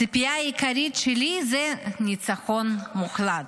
הציפייה העיקרית שלי זה ניצחון מוחלט,